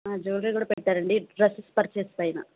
jewellery కూడా పెట్టారండి dresses purchase పైన